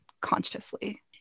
consciously